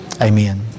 Amen